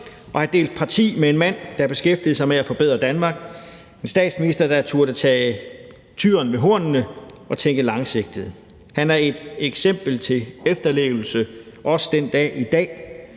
at have delt parti med en mand, der beskæftigede sig med at forbedre Danmark, og en statsminister, der turde tage tyren ved hornene og tænke langsigtet. Han er et eksempel til efterlevelse, også den dag i dag,